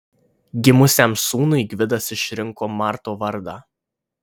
gimusiam sūnui gvidas išrinko marto vardą